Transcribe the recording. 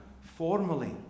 formally